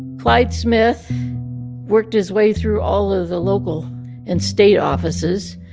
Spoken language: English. clyde smith worked his way through all of the local and state offices,